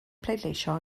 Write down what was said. pleidleisio